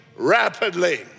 Rapidly